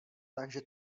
takže